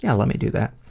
yeah let me do that.